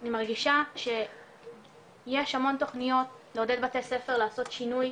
אני מרגישה שיש המון תוכניות לעודד בתי ספר לעשות שינוי,